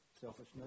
selfishness